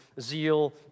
Zeal